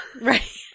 right